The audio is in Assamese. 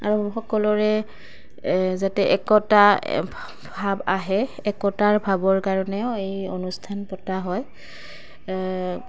আৰু সকলোৰে যাতে একতা ভাৱ আহে একতাৰ ভাৱৰ কাৰণেও এই অনুষ্ঠান পতা হয়